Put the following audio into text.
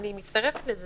אני מצטרפת לזה.